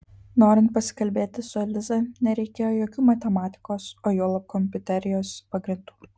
norint pasikalbėti su eliza nereikėjo jokių matematikos o juolab kompiuterijos pagrindų